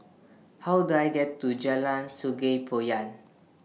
How Do I get to Jalan Sungei Poyan